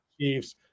Chiefs